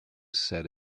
said